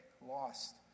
lost